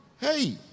hey